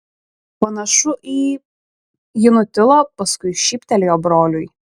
panašu į ji nutilo paskui šyptelėjo broliui